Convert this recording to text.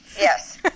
Yes